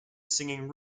singing